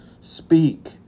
Speak